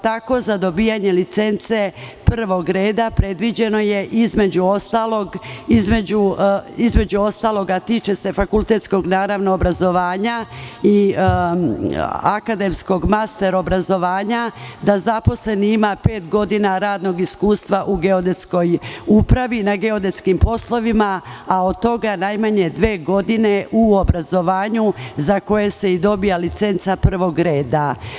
Tako je za dobijanje licence prvog reda predviđeno, između ostalog, a tiče se fakultetskog obrazovanja i akademskog master obrazovanja, da zaposleni ima pet godina radnog iskustva u geodetskoj upravi na geodetskim poslovima, a od toga najmanje dve godine u obrazovanju za koje se dobija licenca prvog reda.